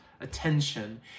attention